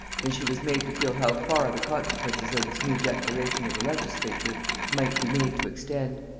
than she was made to feel how far the consequences of this new declaration of the legislature might be made to extend.